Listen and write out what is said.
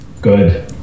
good